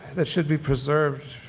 that should be preserved.